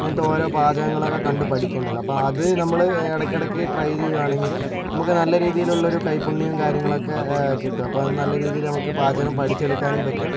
ഇങ്ങനത്തെ ഓരോ പാചകങ്ങളൊക്കെ കണ്ട് പഠിക്കേണ്ടത് അപ്പോൾ അത് നമ്മൾ ഇടയ്ക്കിടക്ക് ട്രൈ ചെയ്യുകയാണെങ്കിൽ നമുക്ക് നല്ല രീതിയിലുള്ളൊരു കൈപുണ്യവും കാര്യങ്ങളൊക്കെ കിട്ടും അപ്പോൾ അത് നല്ല രീതിയില് നമുക്ക് പാചകം പഠിച്ചെടുക്കാനും പറ്റും